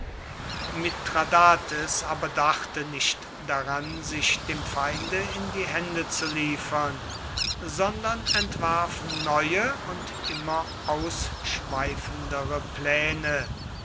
mithradates aber dachte nicht daran sich dem feinde in die hände zu liefern sondern entwarf neue und immer ausschweifendere pläne